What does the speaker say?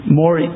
more